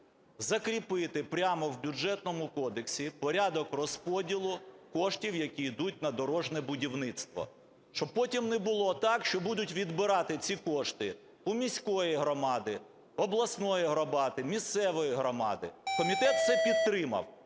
Закріпити прямо в Бюджетному кодексі порядок розподілу коштів, які йдуть на дорожнє будівництво. Щоб потім не було так, що будуть відбирати ці кошти у міської громади, обласної громади, місцевої громади. Комітет це підтримав.